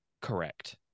correct